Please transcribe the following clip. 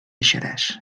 xerès